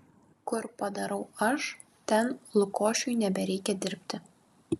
kur padarau aš ten lukošiui nebereikia dirbti